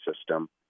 system